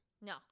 No